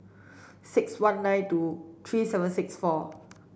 six one nine two three seven six four